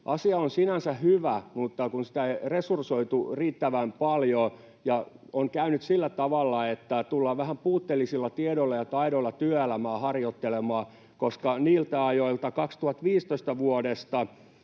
Asia on sinänsä hyvä, mutta sitä ei resursoitu riittävän paljon. On käynyt sillä tavalla, että tullaan vähän puutteellisilla tiedoilla ja taidoilla työelämään harjoittelemaan, koska niiltä ajoilta, vuodesta